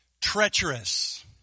treacherous